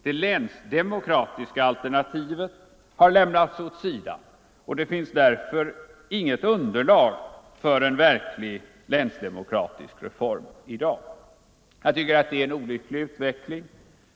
Det länsdemokratiska alternativet har lämnats åt sidan, och det finns därför inget underlag för en verklig länsdemokratisk reform i dag. Jag tycker att det är en olycklig utveckling.